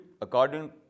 according